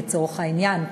לצורך העניין,